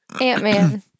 Ant-Man